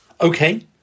okay